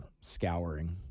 scouring